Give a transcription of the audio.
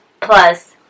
plus